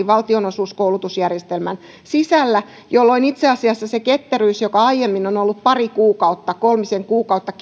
valtionosuuskoulutusjärjestelmän sisällä jolloin itse asiassa se ketteryys se kilpailutuksen viemä aika joka aiemmin on on ollut pari kuukautta kolmisen kuukautta